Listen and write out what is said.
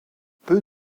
peu